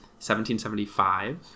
1775